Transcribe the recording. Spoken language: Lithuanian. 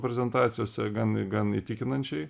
prezentacijose gan gan įtikinančiai